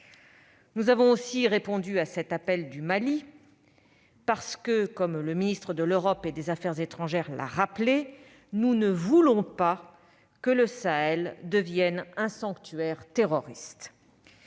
Nous avons aussi répondu à cet appel du Mali, parce que, comme le ministre de l'Europe et des affaires étrangères l'a rappelé, nous ne voulons pas que le Sahel devienne un sanctuaire terroriste,